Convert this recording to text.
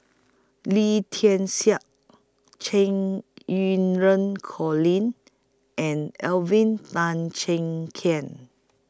Lee Tian Siak Cheng Colin and Alvin Tan Cheong Kheng